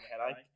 headache